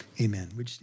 amen